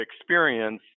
experience